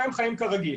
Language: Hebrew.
והם חיים כרגיל.